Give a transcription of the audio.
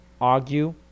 argue